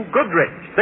Goodrich